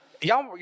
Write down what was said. Y'all